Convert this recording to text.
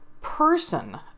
person